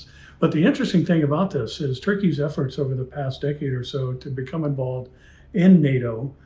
but the interesting thing about this is turkey's efforts over the past decade or so to become involved in nato.